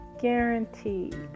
Guaranteed